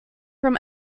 from